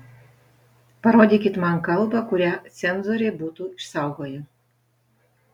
parodykit man kalbą kurią cenzoriai būtų išsaugoję